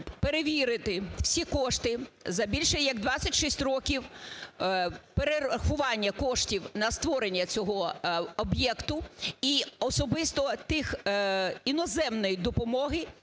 перевірити всі кошти за більше як 26 років, перерахування коштів на створення цього об'єкту і особисто тої іноземної допомоги,